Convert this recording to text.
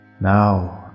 Now